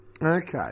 Okay